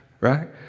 right